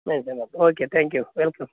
mention not okay thank you welcome